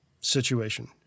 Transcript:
situation